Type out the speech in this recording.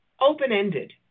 open-ended